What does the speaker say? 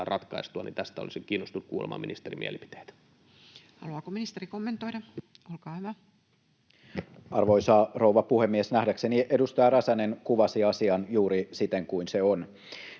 Tästä olisin kiinnostunut kuulemaan ministerin mielipiteitä. Haluaako ministeri kommentoida? — Olkaa hyvä. Arvoisa rouva puhemies! Nähdäkseni edustaja Räsänen kuvasi asian juuri siten kuin se on.